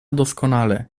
doskonale